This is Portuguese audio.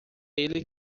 ele